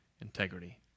integrity